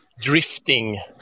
drifting